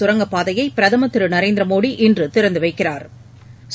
சுரங்கப்பாதையை பிரதமா் திரு நரேந்திர மோடி இன்று திறந்து வைக்கிறாா்